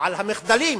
על המחדלים,